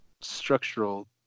structural